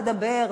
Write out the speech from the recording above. תדבר,